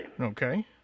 Okay